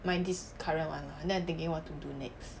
my this current one lah then I thinking what to do next